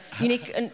unique